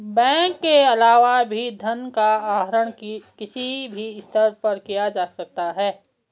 bank के अलावा भी धन का आहरण किसी भी स्तर पर किया जा सकता है